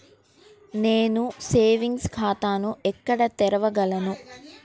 నేను సేవింగ్స్ ఖాతాను ఎక్కడ తెరవగలను?